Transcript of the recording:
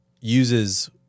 Uses